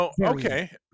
okay